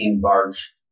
barge